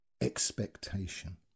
Expectation